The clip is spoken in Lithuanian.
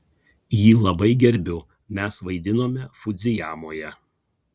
jį labai gerbiu mes vaidinome fudzijamoje